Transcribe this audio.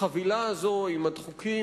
החבילה הזאת עם החוקים,